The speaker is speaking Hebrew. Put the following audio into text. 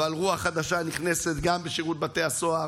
אבל רוח חדשה נכנסת גם בשירות בתי הסוהר.